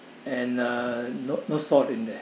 and uh no no salt in there